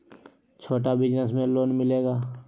छोटा बिजनस में लोन मिलेगा?